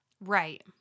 right